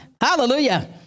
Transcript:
Hallelujah